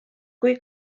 kui